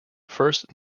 first